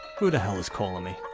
who the hell is calling me?